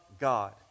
God